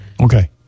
Okay